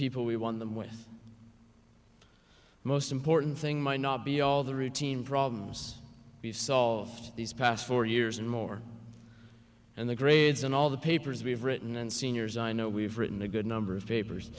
with the most important thing might not be all the routine problems we've solved these past four years and more and the grades and all the papers we've written and seniors i know we've written a good number of papers